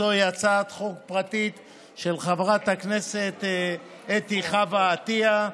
זו היא הצעת חוק פרטית של חברת הכנסת אתי חווה עטייה,